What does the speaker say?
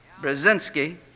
Brzezinski